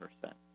percent